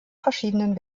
verschiedenen